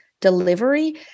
delivery